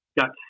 got